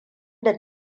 da